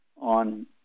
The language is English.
on